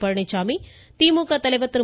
பழனிச்சாமி திமுக தலைவர் திரு